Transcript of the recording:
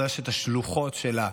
זו רשת השלוחות שלה,